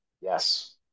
yes